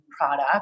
product